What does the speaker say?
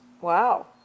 Wow